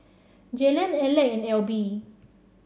Jalen Aleck and Elby